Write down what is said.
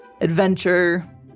adventure